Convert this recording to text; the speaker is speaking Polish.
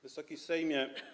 Wysoki Sejmie!